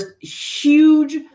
huge